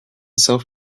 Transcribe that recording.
self